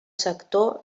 sector